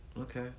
Okay